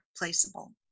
replaceable